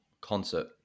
concert